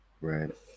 right